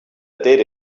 did